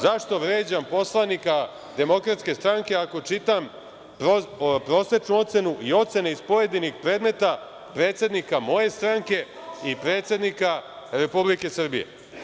Zašto vređam poslanika DS ako čitam prosečnu ocenu i ocene iz pojedinih predmet predsednika moje stranke i predsednika Republike Srbije?